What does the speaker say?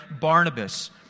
Barnabas